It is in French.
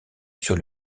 sur